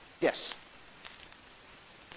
Yes